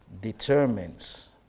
determines